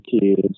kids